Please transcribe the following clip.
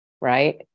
right